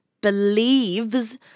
believes